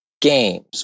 games